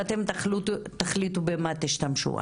ואתם תחליטו במה תשתמשו.